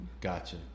Gotcha